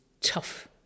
tough